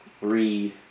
read